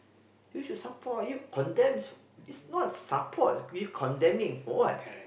you should support you condemn is is not support you condemning for what